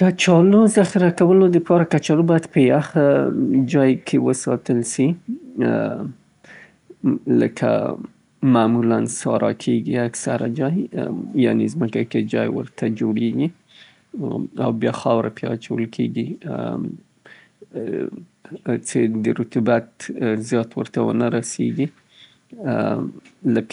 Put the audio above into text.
کچالو ساتل هغه باید په یوه تیاره او یخ ځای کې او ښه هوا کې ذخیره کړل سي، د